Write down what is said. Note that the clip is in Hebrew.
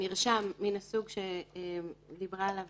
המרשם מהסוג שדיברה עליו